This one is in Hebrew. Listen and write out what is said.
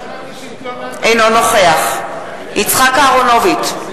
אינו נוכח יצחק אהרונוביץ,